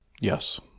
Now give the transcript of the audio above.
Yes